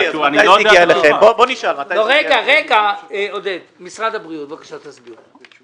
משרד הבריאות, בבקשה, תסבירו.